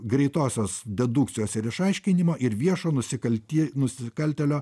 greitosios dedukcijos ir išaiškinimo ir viešo nusikalti nusikaltėlio